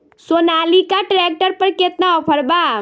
Sonalika tractor पर केतना offer बा?